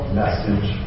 message